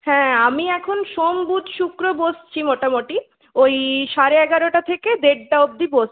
হ্যাঁ আমি এখন সোম বুধ শুক্র বসছি মোটামোটি ওই সাড়ে এগারোটা থেকে দেড়টা অবধি বসছি